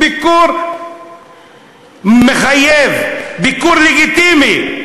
ביקור מחייב, ביקור לגיטימי.